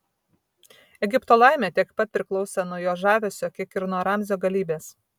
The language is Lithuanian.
egipto laimė tiek pat priklausė nuo jos žavesio kiek ir nuo ramzio galybės